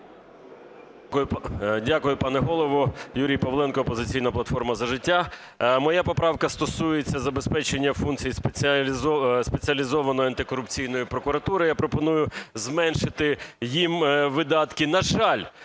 Дякую, пане Голово. Юрій Павленко, "Опозиційна платформа – За життя". Моя поправка стосується забезпечення функцій Спеціалізованої антикорупційної прокуратури. Я пропоную зменшити їм видатки. На жаль,